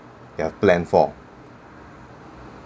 you've planned for